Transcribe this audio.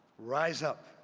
rise up.